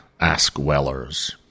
AskWellers